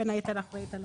בין היתר אחראית על